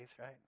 right